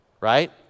Right